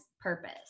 purpose